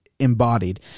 embodied